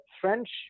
French